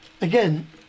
Again